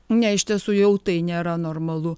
ne iš tiesų jau tai nėra normalu